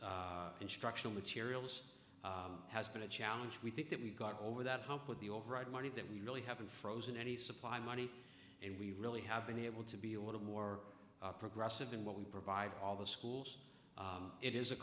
so instructional materials has been a challenge we think that we've got over that hump with the override money that we really haven't frozen any supply money and we really have been able to be a little more progressive in what we provide all the schools it is a